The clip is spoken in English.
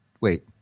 wait